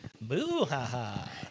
Boo-ha-ha